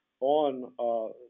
on